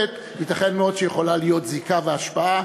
ייתכן מאוד שיכולה להיות זיקה והשפעה.